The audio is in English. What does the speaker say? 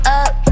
up